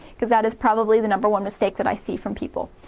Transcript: cuz that is probably the number one mistake that i see from people.